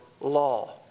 law